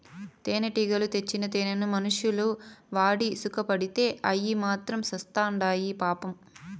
తేనెటీగలు తెచ్చిన తేనెను మనుషులు వాడి సుకపడితే అయ్యి మాత్రం సత్చాండాయి పాపం